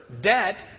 debt